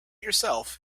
yourself